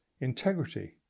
integrity